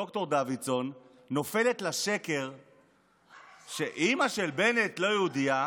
ד"ר דוידסון, נופלת לשקר שאימא של בנט לא יהודייה,